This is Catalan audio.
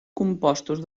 compostos